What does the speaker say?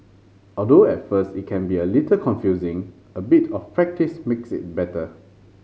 although at first it can be a little confusing a bit of practise makes it better